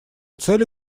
цели